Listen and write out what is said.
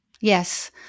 Yes